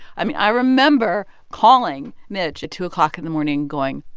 i mean, i remember calling mitch at two o'clock in the morning going,